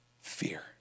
fear